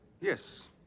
Yes